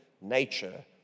nature